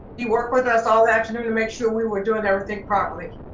he worked with us all afternoon to make sure we were doing everything properly.